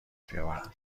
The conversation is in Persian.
بیاورند